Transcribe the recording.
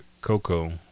Coco